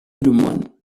lemoine